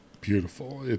beautiful